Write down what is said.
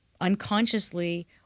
unconsciously